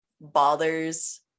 bothers